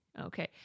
Okay